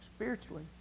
Spiritually